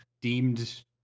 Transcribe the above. deemed